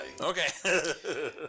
Okay